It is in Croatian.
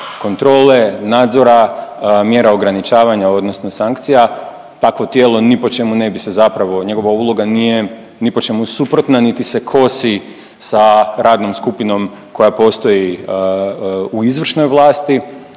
kontrole, nadzora, mjera ograničavanja odnosno sankcija. Takvo tijelo ni po čemu ne bi se zapravo, njegova uloga nije ni po čemu suprotna niti se kosi sa radnom skupinom koja postoji u izvršnoj vlasti.